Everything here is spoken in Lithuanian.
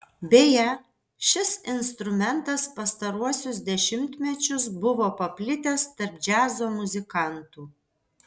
beje šis instrumentas pastaruosius dešimtmečius buvo paplitęs tarp džiazo muzikantų